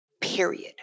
period